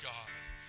God